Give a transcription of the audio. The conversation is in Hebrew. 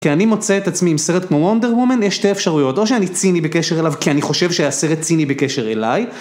כי אני מוצא את עצמי עם סרט כמו Wonder Woman, יש שתי אפשרויות. או שאני ציני בקשר אליו, כי אני חושב שהסרט היה ציני בקשר אליי.